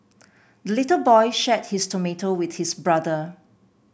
the little boy shared his tomato with his brother